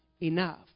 Enough